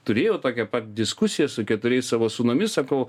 turėjau tokią pat diskusiją su keturiais savo sūnumis sakau